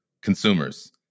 consumers